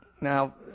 Now